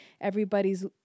everybody's